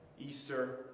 Easter